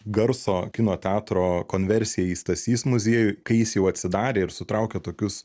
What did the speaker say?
garso kino teatro konversija į stasys muziejų kai jis jau atsidarė ir sutraukė tokius